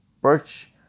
Birch